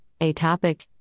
atopic